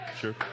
sure